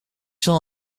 zal